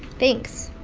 thanks.